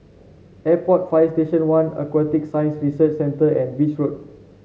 Airport Fire Station One Aquatic Science Research Centre and Beach Road